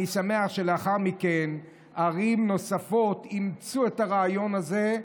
אני שמח שלאחר מכן ערים נוספות אימצו את הרעיון הזה,